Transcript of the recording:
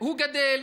והוא גדל.